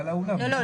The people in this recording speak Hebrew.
לא,